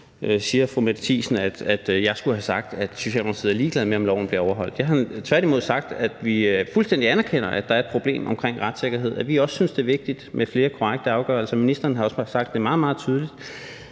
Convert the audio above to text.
siger fru Mette Thiesen, at jeg skulle have sagt, at Socialdemokratiet er ligeglade med, om loven bliver overholdt. Jeg har tværtimod sagt, at vi fuldstændig anerkender, at der er et problem omkring retssikkerhed, og at vi også synes, det er vigtigt med flere korrekte afgørelser. Ministeren har også sagt det meget, meget tydeligt.